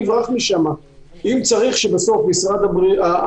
הואיל וזאת גם המשימה שיזם והוביל משרד התיירות,